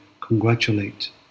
congratulate